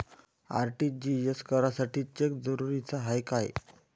RTGS करासाठी cheque जरुरीचा हाय काय?